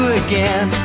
again